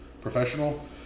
professional